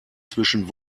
zwischen